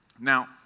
Now